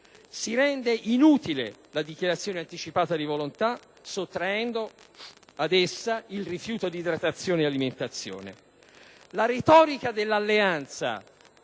Si rende inutile la dichiarazione anticipata di volontà sottraendo ad essa il rifiuto di idratazione e alimentazione. La retorica dell'alleanza